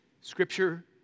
Scripture